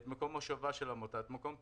את מקום מושבה של עמותה, את מקום פעילותה,